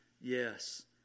Yes